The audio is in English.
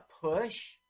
push